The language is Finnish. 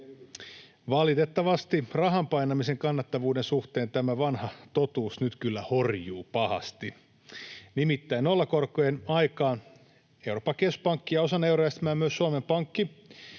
Valitettavasti rahan painamisen kannattavuuden suhteen tämä vanha totuus nyt kyllä horjuu pahasti. Nimittäin nollakorkojen aikaan Euroopan keskuspankki ja osana eurojärjestelmää myös Suomen Pankki